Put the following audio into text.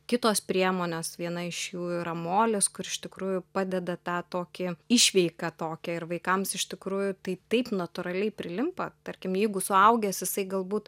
kitos priemonės viena iš jų yra molis kur iš tikrųjų padeda tą tokį išveiką tokią ir vaikams iš tikrųjų tai taip natūraliai prilimpa tarkim jeigu suaugęs jisai galbūt